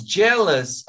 jealous